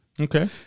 Okay